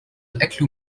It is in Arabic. الأكل